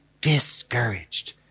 discouraged